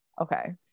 okay